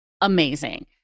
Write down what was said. amazing